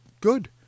good